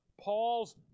Paul's